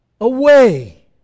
away